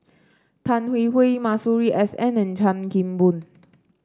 Tan Hwee Hwee Masuri S N and Chan Kim Boon